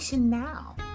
now